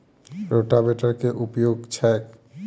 रोटावेटरक केँ उपयोग छैक?